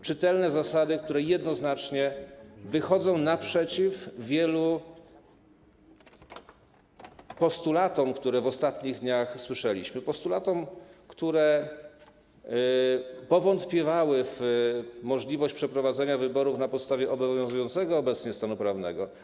Czytelne zasady, które jednoznacznie wychodzą naprzeciw wielu postulatom, które w ostatnich dniach słyszeliśmy, postulatom, które były wynikiem powątpiewania w możliwość przeprowadzenia wyborów na podstawie obowiązującego obecnie stanu prawnego.